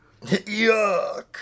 Yuck